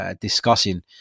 discussing